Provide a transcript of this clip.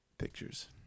pictures